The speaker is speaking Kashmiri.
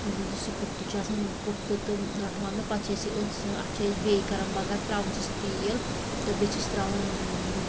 یُس یہِ کُفتہٕ چھُ آسان کُفتہٕ تہٕ رٲنٛٹھہٕ وانٛگن پتہٕ چھِ أسۍ یہِ أتھۍ سۭتۍ اتھ چھِ أسۍ بیٚیہ کران بَگار ترٛاوان چھِس تیٖل تہٕ بیٚیہِ چھِس ترٛاوان